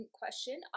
question